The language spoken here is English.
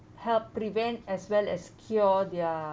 help prevent as well as cure their